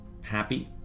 happy